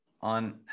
on